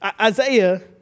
Isaiah